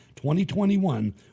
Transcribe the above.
2021